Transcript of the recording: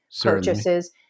purchases